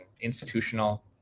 institutional